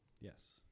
Yes